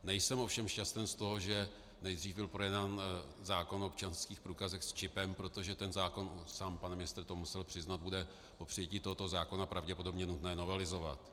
Nejsem ovšem šťasten z toho, že nejdřív byl projednán zákon o občanských průkazech s čipem, protože ten zákon, sám pan ministr to musel přiznat, bude po přijetí tohoto zákona pravděpodobně nutné novelizovat.